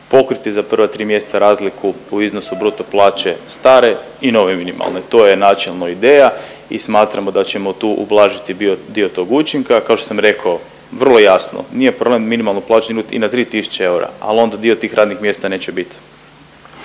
pokriti za prva tri mjeseca razliku u iznosu bruto plaće stare i nove minimalne. To je načelno ideja i smatramo da ćemo tu ublažiti dio tog učinka. Kao što sam rekao vrlo jasno. Nije problem minimalnu plaću dignuti i na 3 tisuće eura. Al onda dio tih radnih mjesta neće bit.